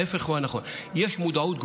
ההפך הוא הנכון, יש מודעות גבוהה,